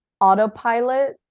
autopilot